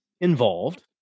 involved